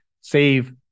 save